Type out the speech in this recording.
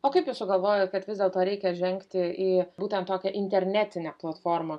o kaip jūs sugalvojot kad vis dėlto reikia žengti į būtent tokią internetinę platformą